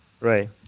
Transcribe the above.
Right